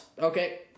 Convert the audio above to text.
Okay